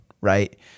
Right